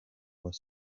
was